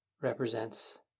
represents